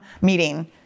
meeting